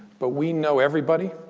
but we know everybody.